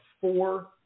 four